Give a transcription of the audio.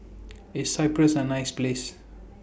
IS Cyprus A nice Place